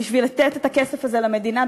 בשביל לתת את הכסף הזה למדינה,